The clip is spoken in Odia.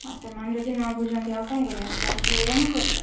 ହଁ ସେମାନେ ଯଦି ନ ବୁଝନ୍ତି ଆଉ କ'ଣ କରିବା ଲାଷ୍ଟ୍ରେ ଏଇଆ ହିଁ କରିବା